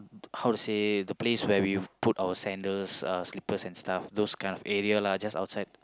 how to say the place where we put our sandals uh slippers and stuff those kind of area lah just outside